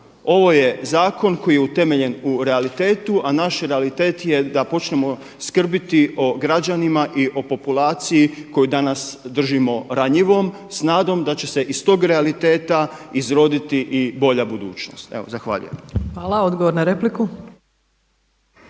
Ovo je zakon koji je utemeljen u realitetu a naš realitet je da počnemo skrbiti o građanima i o populaciji koju danas držimo ranjivom s nadom da će se iz tog realiteta izroditi i bolja budućnost. Evo zahvaljujem. **Opačić, Milanka